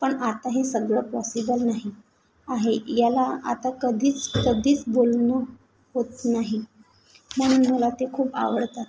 पण आत्ता हे सगळं पॉसिबल नाही आहे याला आता कधीच कधीच बोलणं होत नाही म्हणून मला ते खूप आवडतात